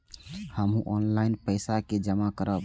हमू ऑनलाईनपेसा के जमा करब?